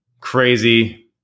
Crazy